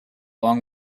long